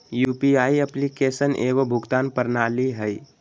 UPI application एगो भुगतान प्रणाली हइ